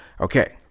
Okay